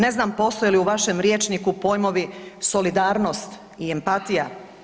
Ne znam postoje li u vašem rječniku pojmovi „solidarnost“ i „empatija“